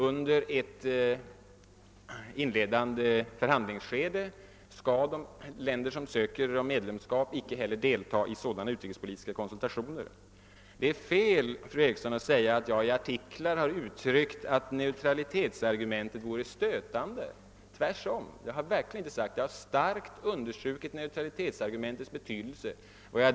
Under ett inledande förhandlingsskede skall de länder som söker medlemskap icke heller delta i sådana utrikespolitiska konsultationer. Det är, fru Eriksson, fel att säga att jag i artiklar har uttryckt att neutralitetsargumentet vore stötande. Jag har tvärtom starkt understrukit mneutralitetsargumentets. betydelse.